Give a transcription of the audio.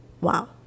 wow